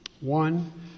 One